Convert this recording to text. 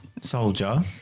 soldier